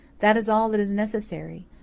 that is all that is necessary.